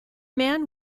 man